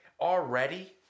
Already